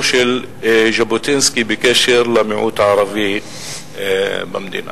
של ז'בוטינסקי בקשר למיעוט הערבי במדינה.